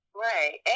Right